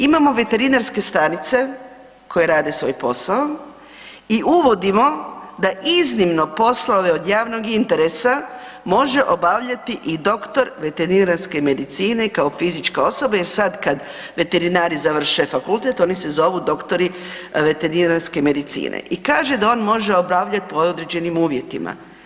Imamo veterinarske stanice koje rade svoj posao i uvodimo da iznimno poslove od javnog interesa može obavljati i doktor veterinarske medicine kao fizička osoba jer sad kad veterinari završe fakultet oni se zovu doktori veterinarske medicine, i kaže da on može obavljati pod određenim uvjetima.